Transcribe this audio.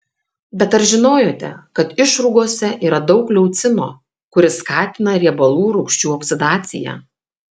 bet ar žinojote kad išrūgose yra daug leucino kuris skatina riebalų rūgščių oksidaciją